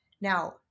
Now